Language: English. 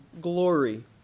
glory